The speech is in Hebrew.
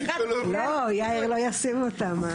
יאיר לא ישים אותה.